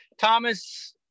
Thomas